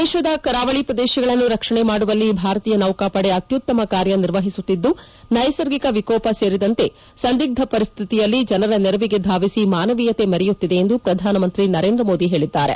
ದೇಶದ ಕರಾವಳಿ ಪ್ರದೇಶಗಳನ್ನು ರಕ್ಷಣೆ ಮಾಡುವಲ್ಲಿ ಭಾರತೀಯ ನೌಕಾಪದೆ ಅತ್ಯುತ್ತಮ ಕಾರ್ಯ ನಿರ್ವಹಿಸುತ್ತಿದ್ದು ನೈಸರ್ಗಿಕ ವಿಕೋಪ ಸೇರಿದಂತೆ ಸಂದಿಗ್ದ ಪರಿಸ್ಥಿತಿಯಲ್ಲಿ ಸಮಯದಲ್ಲಿ ಜನರ ನೆರವಿಗೆ ಧಾವಿಸಿ ಮಾನವೀಯತೆ ಮೆರೆಯುತ್ತಿದೆ ಎಂದು ಪ್ರಧಾನಮಂತ್ರಿ ನರೇಂದ್ರ ಮೋದಿ ಹೇಳಿದ್ದಾರೆ